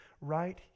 right